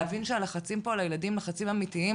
להבין שהלחצים על הילדים הם לחצים אמיתיים.